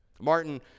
Martin